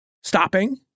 stopping